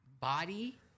body